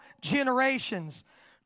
generations